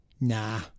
Nah